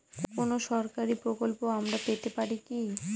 কোন সরকারি প্রকল্প আমরা পেতে পারি কি?